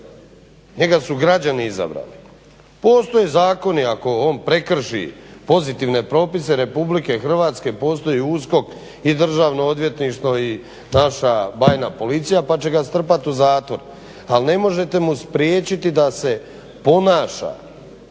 njega su građani izabrali. Postoje zakoni ako on prekrši pozitivne propise Republike Hrvatske, postoji USKOK i Državno odvjetništvo i naša bajna policija pa će ga strpat u zatvor ali ne možete mu spriječiti da se ponaša